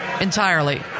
entirely